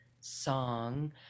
song